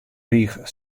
rige